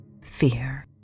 fear